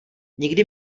nikdy